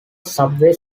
subway